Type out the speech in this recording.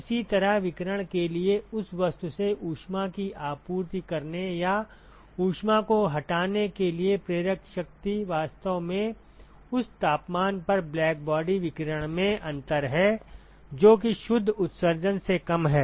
इसी तरह विकिरण के लिए उस वस्तु से ऊष्मा की आपूर्ति करने या ऊष्मा को हटाने के लिए प्रेरक शक्ति वास्तव में उस तापमान पर ब्लैकबॉडी विकिरण में अंतर है जो कि शुद्ध उत्सर्जन से कम है